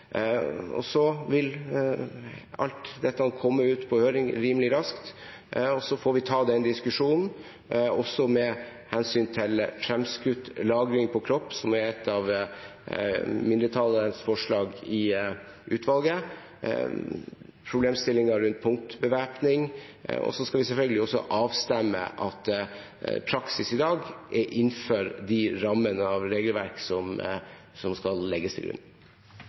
Alt dette vil komme ut på høring rimelig raskt, og så får vi ta den diskusjonen, og også diskusjonen om «fremskutt lagring på kropp», som er et av mindretallets forslag i utvalget, og problemstillingen rundt punktbevæpning. Så skal vi selvfølgelig også avstemme at praksis i dag er innenfor rammene av det regelverket som skal legges til grunn.